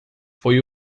foi